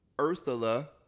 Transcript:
ursula